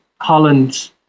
Holland